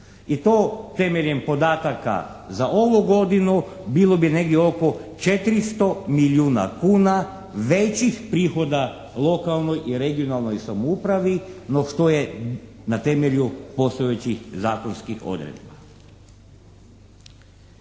i to temeljem podataka za ovu godinu bilo bi negdje oko 400 milijuna kuna većih prihoda lokalnoj i regionalnoj samoupravi no što je na temelju postojećih zakonskih odredba.